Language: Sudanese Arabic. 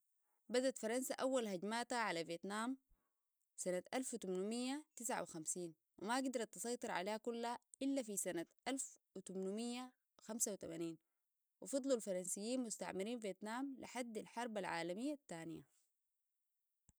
بدت فرنسا أول هجماتها على فيتنام سنة الف وتمنميه تسعه وخمسين وما قدرت تسيطر عليها كلها إلا في سنة الف وتمنميه خمسه وتمنين وفضلوا الفرنسيين مستعمرين فيتنام لحد الحرب العالمية الثانية